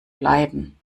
bleiben